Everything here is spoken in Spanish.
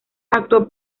actuó